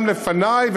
גם לפנַי,